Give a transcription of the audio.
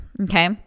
Okay